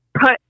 put